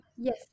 Yes